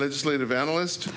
legislative analyst